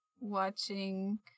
watching